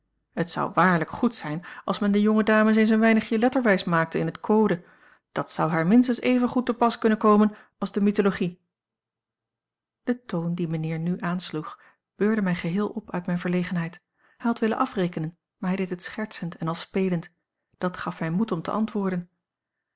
het zou waarlijk goed zijn als men de jonge dames eens een weinigje letterwijs maakte in het code dat zou haar minstens evengoed te pas kunnen komen als de mythologie de toon dien mijnheer nu aansloeg beurde mij geheel op uit mijne verlegenheid hij had willen afrekenen maar hij deed het schertsend en als spelend dat gaf mij moed om te antwoorden